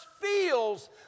feels